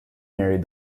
married